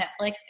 Netflix